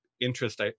interest